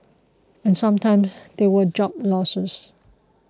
and sometimes there were job losses